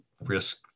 risk